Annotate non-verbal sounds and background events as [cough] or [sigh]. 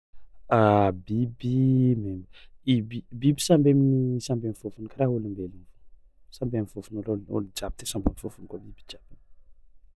[hesitation] Biby [hesitation] maimbo, ibi- biby samby amin'nyy samby amin'ny fôfony karaha ôlombelogno faogna, samby amin'ny fôfony ôlo ôlo jiaby de samby amin'ny fôfony koa biby jiaby.